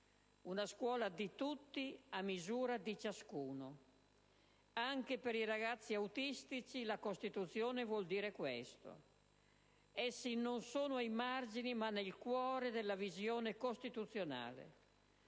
una scuola di tutti a misura di ciascuno, anche per i ragazzi autistici. La Costituzione vuol dire questo: essi non sono ai margini ma nel cuore della visione costituzionale.